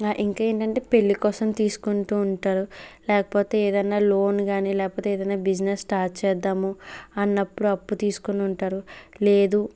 ఇంకేంటంటే పెళ్లి కోసం తీసుకుంటూ ఉంటారు లేకపోతే ఏదైనా లోన్ కాని లేకపోతే ఏదైనా బిజినెస్ స్టార్ట్ చేద్దాము అన్నప్పుడు అప్పు తీసుకుంటూ ఉంటారు లేదు